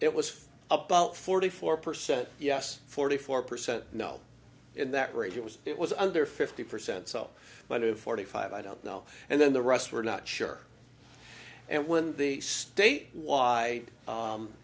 it was about forty four percent yes forty four percent no in that range it was it was under fifty percent so but of forty five i don't know and then the rest we're not sure and when the state w